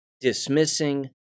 dismissing